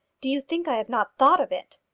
do you think i have not thought of it?